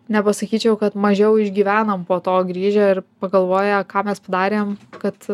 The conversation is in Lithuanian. nepasakyčiau kad mažiau išgyvenam po to grįžę ir pagalvoję ką mes padarėm kad